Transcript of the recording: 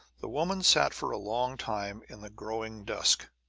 the woman sat for a long time in the growing dusk,